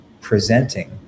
presenting